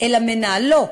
אלא מנהלו,